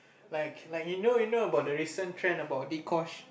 like like you know you now about the recent trend about Dee Kosh